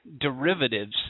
derivatives